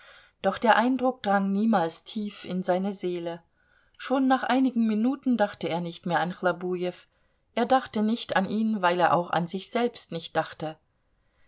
doch der eindruck drang niemals tief in seine seele schon nach einigen minuten dachte er nicht mehr an chlobujew er dachte nicht an ihn weil er auch an sich selbst nicht dachte